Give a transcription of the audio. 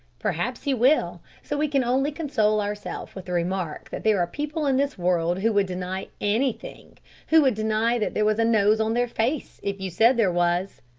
perhaps he will, so we can only console ourself with the remark that there are people in this world who would deny anything who would deny that there was a nose on their face if you said there was!